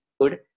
good